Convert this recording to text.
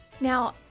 now